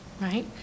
right